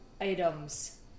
items